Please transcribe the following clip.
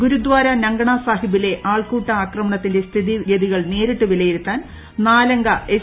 ഗുരുദ്ധാര നങ്കണ സാഹിബിലെ ആൾക്കൂട്ട ആക്രമണത്തിന്റെ സ്ഥിതിഗതികൾ നേരിട്ട് ഖ്ില്യിരുത്താൻ നാലംഗ എസ്